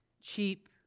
cheap